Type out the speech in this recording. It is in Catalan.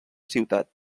ciutat